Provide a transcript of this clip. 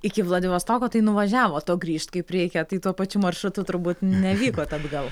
iki vladivostoko tai nuvažiavot o grįžt kaip reikia tai tuo pačiu maršrutu turbūt nevykot atgal